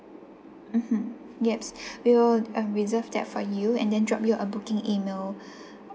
mmhmm yes we'll uh reserve that for you and then drop you a booking email